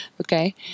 Okay